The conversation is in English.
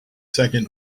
second